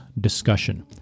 discussion